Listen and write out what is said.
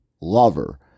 lover